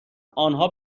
آنها